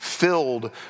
Filled